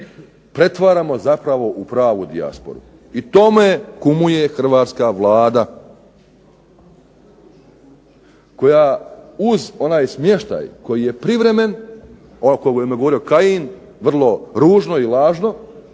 pretvaramo zapravo u pravu dijasporu. I tome kumuje hrvatska Vlada koja uz onaj smještaj koji je privremen, o kojem je govorio Kajin vrlo ružno i lažno,